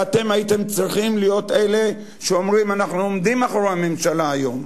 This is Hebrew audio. ואתם הייתם צריכים להיות אלה שאומרים: אנחנו עומדים מאחורי הממשלה היום,